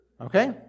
okay